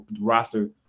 roster